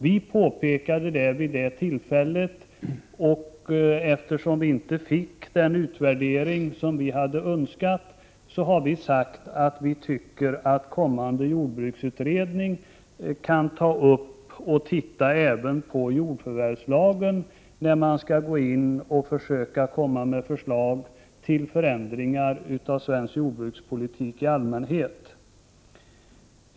Vi påpekade detta vid det tillfället, och eftersom vi inte fick den utvärdering som vi hade önskat tycker vi att kommande jordbruksutredning skall titta även på jordförvärvslagen när utredningen skall komma med förslag till förändringar i svensk jordbrukspolitik i allmänhet.